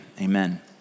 amen